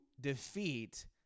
defeat